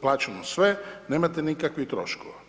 plaćeno sve, nemate nikakvih troškova.